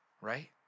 Right